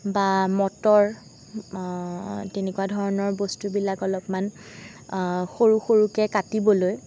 বা মটৰ তেনেকুৱা ধৰণৰ বস্তুবিলাক অলপমান সৰু সৰুকৈ কাটিবলৈ